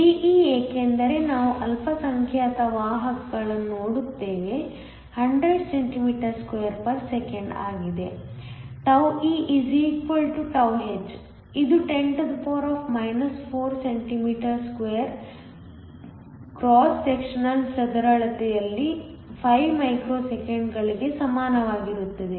De ಏಕೆಂದರೆ ನಾವು ಅಲ್ಪಸಂಖ್ಯಾತ ವಾಹಕಗಳನ್ನು ನೋಡುತ್ತೇವೆ 100 cm2 s 1 ಆಗಿದೆ τe τh ಇದು 10 4cm 2 ಕ್ರಾಸ್ ಸೆಕ್ಷನಲ್ ಚದರಳತೆಯಲ್ಲಿ 5 ಮೈಕ್ರೋಸೆಕೆಂಡ್ಗಳಿಗೆ ಸಮಾನವಾಗಿರುತ್ತದೆ